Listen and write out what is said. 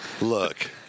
Look